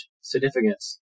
significance